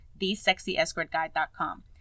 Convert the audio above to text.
thesexyescortguide.com